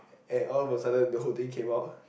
and all of the sudden the whole thing came out